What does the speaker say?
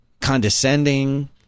condescending